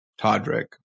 Todrick